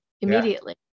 immediately